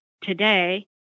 today